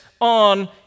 on